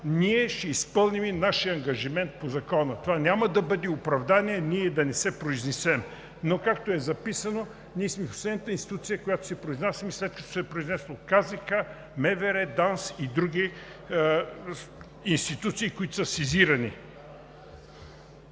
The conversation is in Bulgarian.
ще изпълним нашия ангажимент по Закона. Това няма да бъде оправдание да не се произнесем, но, както е записано, ние сме последната институция, която се произнася, след като са се произнесли КЗК, МВР, ДАНС и други, които са сезирани.